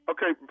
Okay